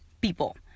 people